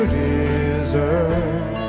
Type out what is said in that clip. deserve